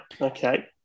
Okay